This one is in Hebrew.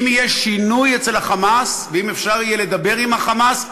אם יהיה שינוי אצל ה"חמאס" ואם אפשר יהיה לדבר עם ה"חמאס",